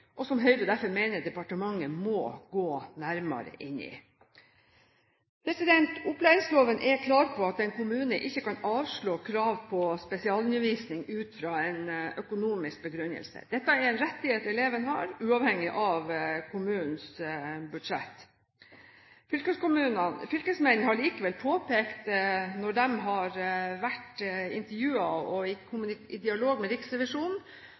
og som Høyre derfor mener departementet må gå nærmere inn i. Opplæringsloven er klar på at en kommune ikke kan avslå krav på spesialundervisning ut fra en økonomisk begrunnelse. Dette er en rettighet eleven har uavhengig av kommunens budsjett. Fylkesmennene har likevel påpekt, når de har vært intervjuet av og i dialog med Riksrevisjonen,